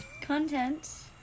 Content